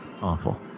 Awful